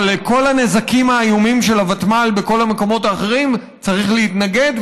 אבל לכל הנזקים האיומים של הוותמ"ל בכל המקומות האחרים צריך להתנגד,